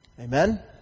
Amen